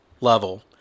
level